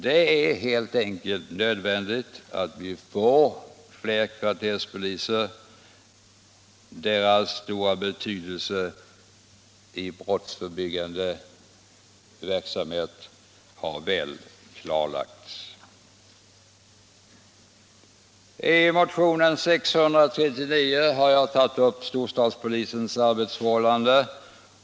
Det är helt enkelt nödvändigt att vi får fler kvarterspoliser. Deras betydelse i den brottsförebyggande verksamheten har väl klarlagts. I motionen 639 har jag tagit upp storstadspolisens arbetsförhållanden.